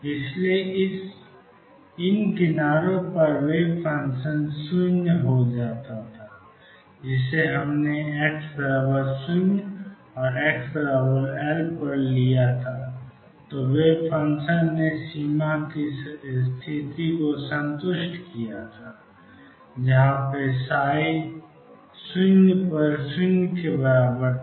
इसलिए इन किनारों पर वेव फंक्शन को 0 माना गया जब हमने इसे x 0 x L लिया तो वेव फंक्शन ने सीमा की स्थिति को संतुष्ट किया वह 00 और L 0 था